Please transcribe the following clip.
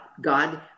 God